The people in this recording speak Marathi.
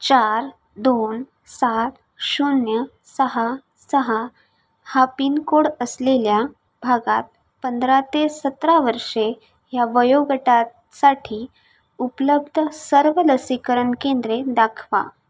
चार दोन सात शून्य सहा सहा हा पिनकोड असलेल्या भागात पंधरा ते सतरा वर्षे ह्या वयोगटात साठी उपलब्ध सर्व लसीकरण केंद्रे दाखवा